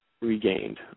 regained